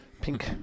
Pink